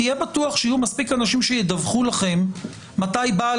תהיה בטוח שיהיו מספיק אנשים שידווחו לכם מתי בעל